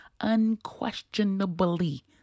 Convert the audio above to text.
unquestionably